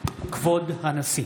כבוד הנשיא!